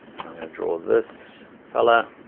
and i'm gonna draw this fella.